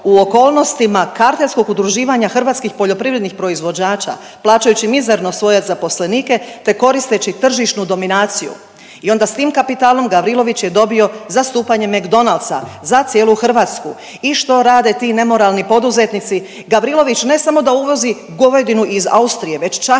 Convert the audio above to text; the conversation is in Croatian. hrvatskih poljoprivrednih proizvođača plaćajući mizerno svoje zaposlenike te koristeći tržišnu dominaciju i onda s tim kapitalom Gavrilović je dobio zastupanje McDonaldsa za cijelu Hrvatsku. I što rade ti nemoralni poduzetnici? Gavrilović ne samo da uvozi govedinu iz Austrije već čak i peciva.